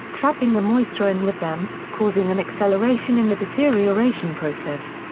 trapping the moisture in with them, causing an acceleration in the deterioration process.